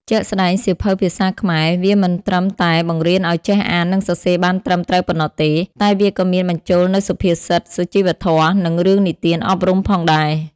ជាក់ស្តែងសៀវភៅភាសាខ្មែរ វាមិនត្រឹមតែបង្រៀនឱ្យចេះអាននិងសរសេរបានត្រឹមត្រូវប៉ុណ្ណោះទេ តែវាក៏មានបញ្ចូលនូវសុភាសិត សុជីវធម៌ និងរឿងនិទានអប់រំផងដែរ។